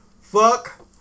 Fuck